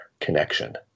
connection